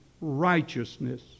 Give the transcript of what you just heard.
righteousness